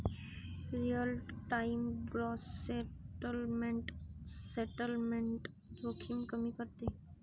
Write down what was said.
real time gross settlement settlement जोखीम कमी करते